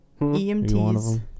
EMTs